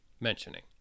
mentioning